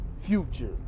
future